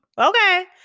Okay